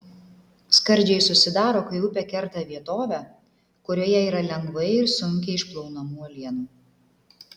skardžiai susidaro kai upė kerta vietovę kurioje yra lengvai ir sunkiai išplaunamų uolienų